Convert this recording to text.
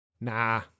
Nah